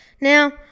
Now